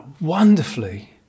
wonderfully